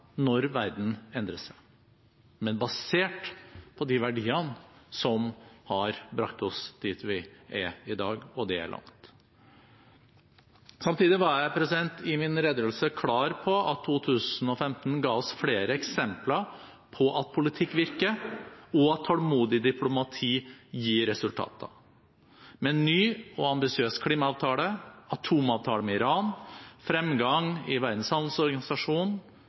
når verden endrer seg, men basert på de verdiene som har bragt oss dit vi er i dag – og det er langt. Samtidig var jeg i min redegjørelse klar på at 2015 ga oss flere eksempler på at politikk virker, og at tålmodig diplomati gir resultater. Med ny og ambisiøs klimaavtale, atomavtale med Iran, fremgang i